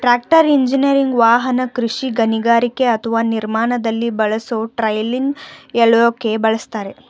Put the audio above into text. tractor engineering ವಾಹನ ಕೃಷಿ ಗಣಿಗಾರಿಕೆ ಅಥವಾ ನಿರ್ಮಾಣದಲ್ಲಿ ಬಳಸೊ ಟ್ರೈಲರ್ನ ಎಳ್ಯೋಕೆ ಬಳುಸ್ತರೆ